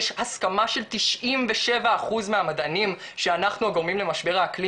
יש הסכמה של 97 אחוז מהמדענים שאנחנו הגורמים למשבר האקלים